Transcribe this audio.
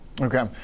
Okay